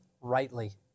rightly